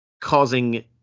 causing